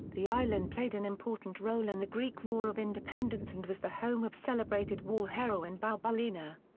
the island played an important role in the greek war of independence and was the home of celebrated war heroine bouboulina.